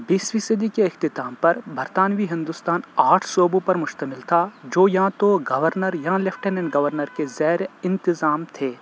بیسویں صدی کے اختتام پر برطانوی ہندوستان آٹھ صوبوں پر مشتمل تھا جو یاں تو گورنر یا لیفٹیننٹ گورنر کے زیر انتظام تھے